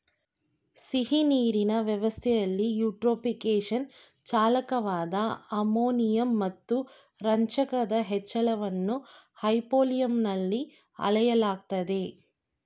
ಸಿಹಿನೀರಿನ ವ್ಯವಸ್ಥೆಲಿ ಯೂಟ್ರೋಫಿಕೇಶನ್ಗೆ ಚಾಲಕವಾದ ಅಮೋನಿಯಂ ಮತ್ತು ರಂಜಕದ ಹೆಚ್ಚಳವನ್ನು ಹೈಪೋಲಿಯಂನಲ್ಲಿ ಅಳೆಯಲಾಗ್ತದೆ